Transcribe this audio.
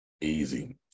Easy